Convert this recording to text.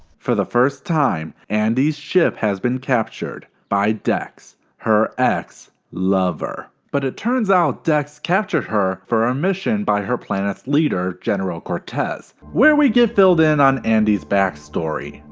for the first time, andi's ship has been captured by dex, her ex lover. but it turns out dex captured her for a mission by her planet's leader, general cortas. where we get filled in on andi's backstory.